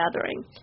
Gathering